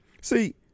See